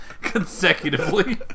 consecutively